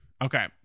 okay